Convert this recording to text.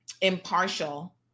impartial